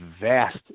vast